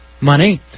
money